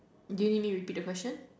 do you need me repeat the question